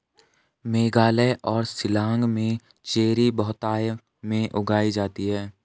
मेघालय और शिलांग में चेरी बहुतायत में उगाई जाती है